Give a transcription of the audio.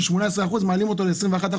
מ-18% מעלים אותו ל-21%,